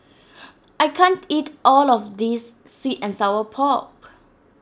I can't eat all of this Sweet and Sour Pork